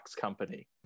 company